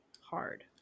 hard